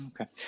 okay